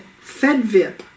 FEDVIP